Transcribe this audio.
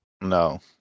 No